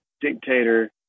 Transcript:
dictator